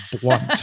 blunt